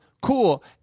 cool